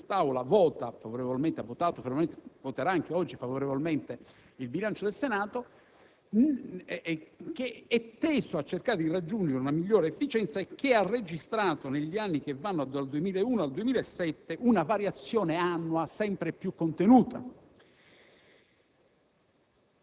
per il Senato. Quest'Aula voterà anche oggi favorevolmente il bilancio del Senato, che è teso a cercare di raggiungere una migliore efficienza e che ha registrato negli anni che vanno dal 2001 al 2007 una variazione annua sempre più